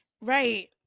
Right